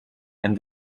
and